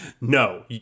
No